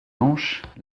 hanches